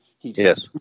Yes